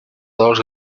dos